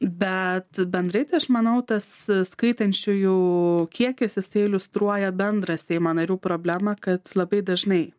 bet bendrai tai aš manau tas skaitančiųjų kiekis jisai iliustruoja bendrą seimo narių problemą kad labai dažnai